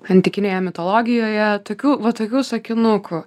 antikinėje mitologijoje tokių va tokių sakinukų